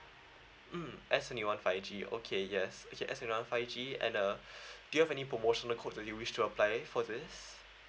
mm S twenty one five G okay yes actually twenty one five G and uh do you have any promotional code that you wish to apply for this